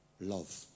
love